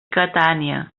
catània